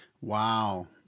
Wow